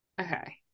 Okay